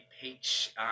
peach